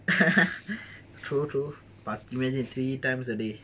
true true but imagine three times a day